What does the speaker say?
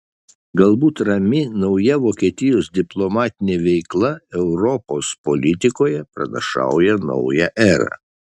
galbūt rami nauja vokietijos diplomatinė veikla europos politikoje pranašauja naują erą